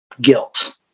guilt